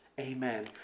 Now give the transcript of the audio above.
Amen